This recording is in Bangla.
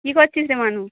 কী করছিস রে মানু